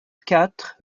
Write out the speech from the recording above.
quatre